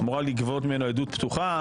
אמורה להיגבות ממנו עדות פתוחה.